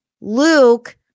Luke